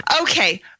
Okay